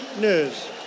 news. —